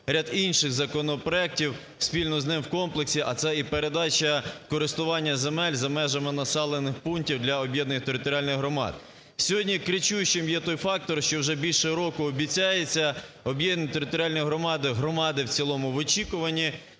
ряд інших законопроектів спільно з ним в комплексі, а це і передача в користування земель за межами населених пунктів для об'єднаних територіальних громад. Сьогодні кричущим є той фактор, що вже більше року обіцяється об'єднаним територіальним громадам – громади в цілому в очікуванні